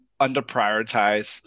underprioritize